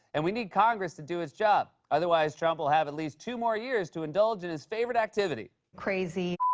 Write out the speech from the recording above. and we need congress to do its job. otherwise, trump will have at least two more years to indulge in his favorite activity crazy